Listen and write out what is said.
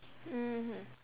mmhmm